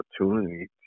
opportunity